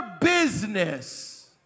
business